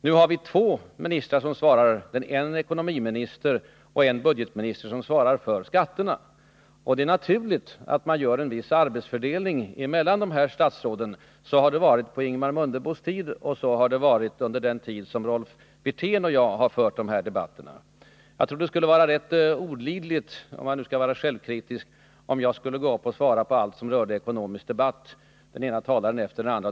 Nu har vi två ministrar — en ekonomiminister, och en budgetminister som svarar för skatterna — och det är då naturligt med en viss arbetsfördelning mellan dessa statsråd. Så har det varit på Ingemar Mundebos tid, och så har det också varit under den tid då Rolf Wirtén och jag har fört de här debatterna. Jag tror det skulle vara rätt olidligt — om man nu skall vara självkritisk — om jag skulle gå upp och svara den ena talaren efter den andra på allt som rörde ekonomisk debatt.